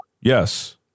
Yes